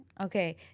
Okay